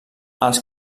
els